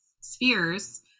spheres